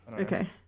Okay